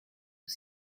aux